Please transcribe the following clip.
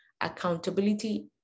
Accountability